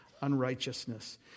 unrighteousness